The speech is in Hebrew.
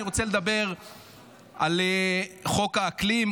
אני רוצה לדבר על חוק האקלים,